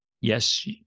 Yes